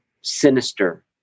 sinister